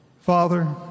Father